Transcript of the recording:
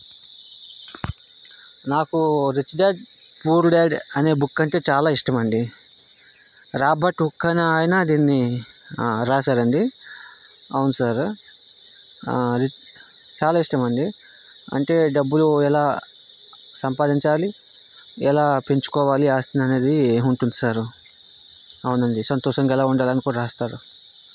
నాకు rich dad poor dad అనే book అంటే చాలా ఇష్టం అండి రాబర్ట్ హుక్ అనే ఆయన దీన్ని రాసారండి అవును సారు రిచ్ చాలా ఇష్టం అండి అంటే డబ్బులు ఎలా సంపాదించాలి ఎలా పెంచుకోవాలి ఆస్తిని అనేది ఉంటుంది సారు అని అవును అండి సంతోషంగా ఎలా ఉండాలని కూడా రాస్తారు